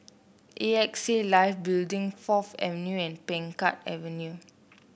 A X A Life Building Fourth Avenue and Peng Kang Avenue